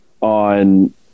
on